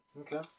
Okay